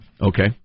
Okay